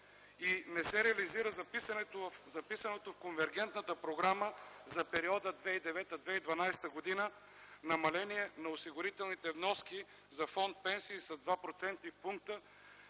и не се реализира записаното в Конвенгертната програма за периода 2009-2012 г. намаление на осигурителните вноски за фонд „Пенсии” с 2 процентни